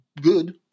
good